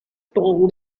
told